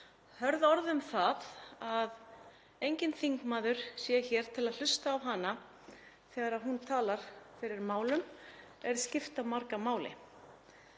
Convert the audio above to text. hörð orð um það að enginn þingmaður sé hér til að hlusta á hana þegar hún talar fyrir málum sem skipta marga máli.